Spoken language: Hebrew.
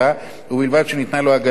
ובלבד שניתנה לו הגנה הולמת.